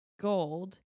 gold